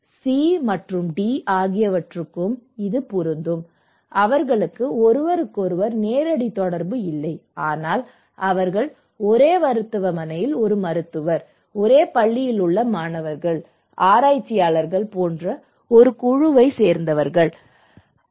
C மற்றும் D ஆகியவற்றுக்கும் இது பொருந்தும் அவர்களுக்கு ஒருவருக்கொருவர் நேரடி தொடர்பு இல்லை ஆனால் அவர்கள் ஒரே மருத்துவமனையில் ஒரு மருத்துவர் ஒரே பள்ளியில் மாணவர்கள் ஆராய்ச்சியாளர்கள் போன்ற ஒரு குழுவைச் சேர்ந்தவர்கள் ஐ